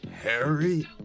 Harry